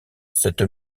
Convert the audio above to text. cette